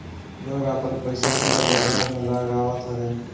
लोग आपन पईसा शेयर बाजार में लगावत हवे